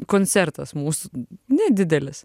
koncertas mūsų nedidelis